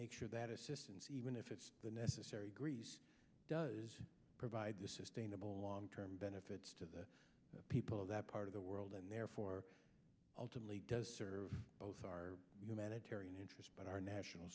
make sure that assistance even if it's the necessary griese does provide the sustainable long term benefits to the people of that part of the world and therefore ultimately does serve both our humanitarian interests but our national